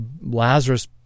Lazarus